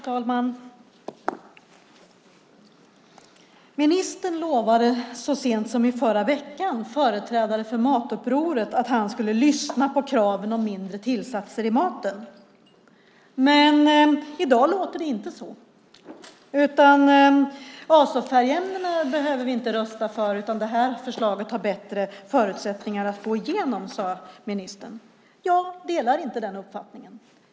Herr talman! Ministern lovade så sent som i förra veckan företrädare för matupproret att han skulle lyssna på kraven om mindre tillsatser i maten. Men i dag låter det inte så. Vi behöver inte rösta för stopp för azofärgämnena, utan det här förslaget har bättre förutsättningar att gå igenom, sade ministern. Jag delar inte den uppfattningen.